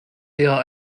eher